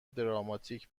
دراماتیک